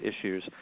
issues